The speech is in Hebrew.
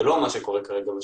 זה לא מה שקורה כרגע בשטח.